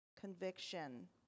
conviction